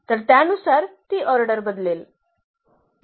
तर त्यानुसार ती ऑर्डर बदलेल